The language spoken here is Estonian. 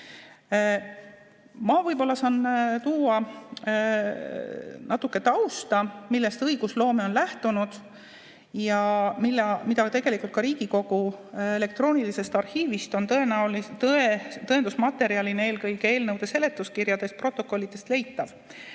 Ma võib-olla saan tuua siia natuke tausta, millest õigusloome on lähtunud ja mis ka Riigikogu elektroonilisest arhiivist on tõendusmaterjalina leitav, eelkõige eelnõude seletuskirjadest ja protokollidest.